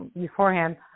beforehand